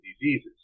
diseases